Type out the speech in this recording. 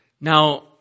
Now